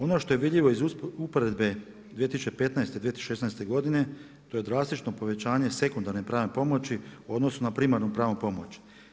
Ono što je vidljivo iz usporedbe 2015., 2016. godine to je drastično povećanje sekundarne pravne pomoći u odnosu na primarnu pravnu pomoć.